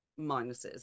minuses